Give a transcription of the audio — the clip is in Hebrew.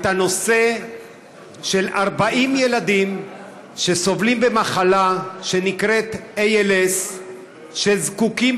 בנושא של 40 ילדים שסובלים ממחלה שנקראת ALS וזקוקים